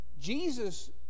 Jesus